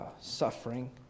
suffering